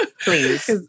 Please